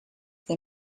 they